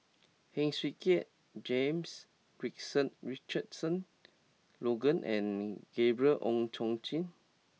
Heng Swee Keat James Richardson Logan and Gabriel Oon Chong Jin